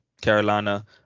Carolina